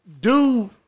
Dude